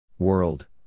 World